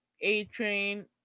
A-Train